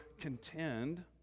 contend